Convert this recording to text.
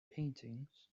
paintings